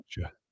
gotcha